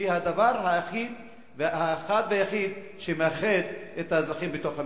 שהיא הדבר האחד והיחיד שמאחד את האזרחים בתוך המדינה.